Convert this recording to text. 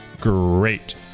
great